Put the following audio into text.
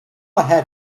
ahead